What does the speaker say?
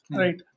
right